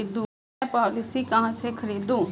मैं पॉलिसी कहाँ से खरीदूं?